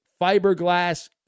fiberglass